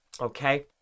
okay